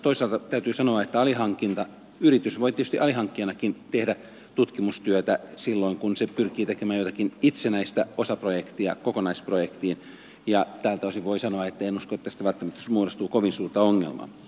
toisaalta täytyy sanoa että alihankintayritys voi tietysti alihankkijanakin tehdä tutkimustyötä silloin kun se pyrkii tekemään jotakin itsenäistä osaprojektia kokonaisprojektiin ja tältä osin voi sanoa että en usko että tästä välttämättä muodostuu kovin suurta ongelmaa